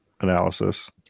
analysis